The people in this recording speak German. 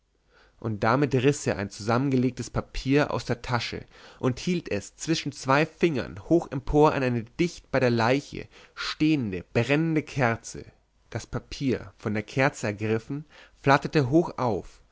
und damit riß er ein zusammengelegtes papier aus der tasche und hielt es zwischen zwei fingern hoch empor an eine dicht bei der leiche stehende brennende kerze das papier von der kerze ergriffen flackerte hoch auf